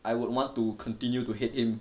I would want to continue to hate him